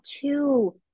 two